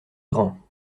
grands